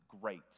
great